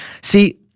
See